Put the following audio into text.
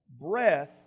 breath